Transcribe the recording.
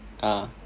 ah